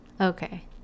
Okay